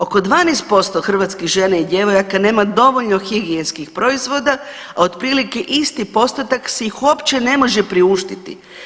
Oko 12% hrvatskih žena i djevojaka nema dovoljno higijenskih proizvoda, a otprilike isti postotak si ih uopće ne može priuštiti.